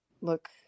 look